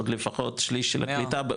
עוד לפחות שליש של הקליטה,